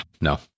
no